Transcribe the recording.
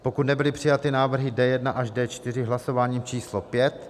pokud nebyly přijaty návrhy D1 až D4 hlasováním číslo pět